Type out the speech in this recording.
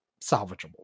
salvageable